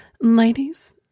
Ladies